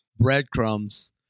Breadcrumbs